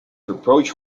reproach